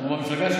הוא מהמפלגה שלך.